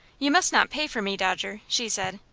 you must not pay for me, dodger, she said.